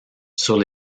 sur